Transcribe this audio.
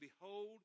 Behold